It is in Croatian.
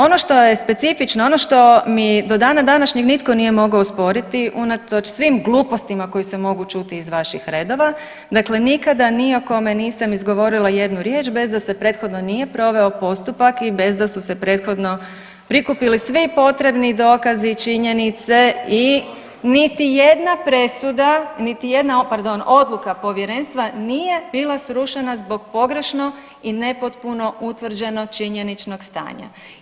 Ono što je specifično, ono što mi do dana današnjeg nitko nije mogao osporiti unatoč svim glupostima koji se mogu čuti iz vaših redova dakle nikada ni o kome nisam izgovorila jednu riječ bez da se prethodno nije proveo postupak i bez da su se prethodno prikupili svi potrebni dokazi i činjenice i niti jedna presuda, niti jedna pardon, odluka povjerenstva nije bila srušena zbog pogrešno i nepotpuno utvrđenog činjeničnog stanja.